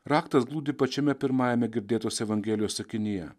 raktas glūdi pačiame pirmajame girdėtos evangelijos sakinyje